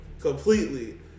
Completely